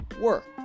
Work